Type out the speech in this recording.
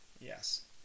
yes